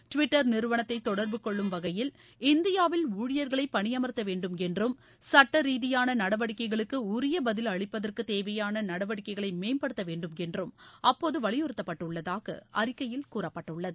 Twitter நிறுவனத்தை தொடர்பு கொள்ளும் வகையில் இந்தியாவில் ஊழியர்களை பணியமர்த்த வேண்டுமென்றும் சுட்ட ரீதியான நடவடிக்கைகளுக்கு உரிய பதில் அளிப்பதற்கு தேவையான நடவடிக்கைகளை மேம்படுத்த வேண்டுமென்றும் அப்போது வலியுறுத்தப்பட்டுள்ளதாக அறிக்கையில் கூறப்பட்டுள்ளது